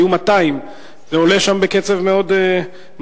היו 200. זה עולה שם בקצב מאוד מהיר,